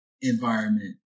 environment